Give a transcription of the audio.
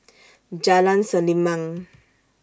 Jalan Selimang